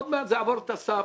עוד מעט זה יעבור את הסף